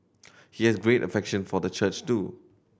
he has great affection for the church too